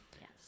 Yes